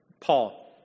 Paul